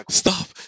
stop